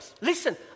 listen